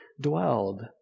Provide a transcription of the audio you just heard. dwelled